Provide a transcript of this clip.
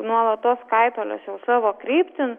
nuolatos kaitalios jau savo kryptį